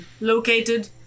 Located